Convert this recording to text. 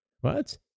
What